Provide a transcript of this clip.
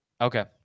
Okay